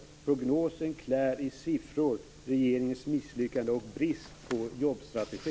Prognosen klär i siffror regeringens misslyckande och brist på jobbstrategi.